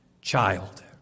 child